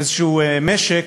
איזשהו משק,